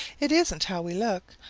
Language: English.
it isn't how we look,